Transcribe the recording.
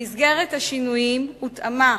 במסגרת השינויים הותאמה,